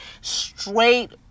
straight